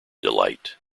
delight